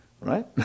Right